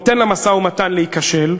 ניתן למשא-ומתן להיכשל,